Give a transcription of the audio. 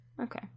Okay